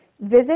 Visit